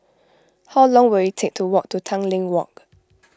how long will it take to walk to Tanglin Walk